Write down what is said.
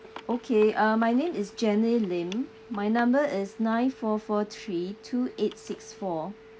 okay uh my name is jenny lim my number is nine four four three two eight six four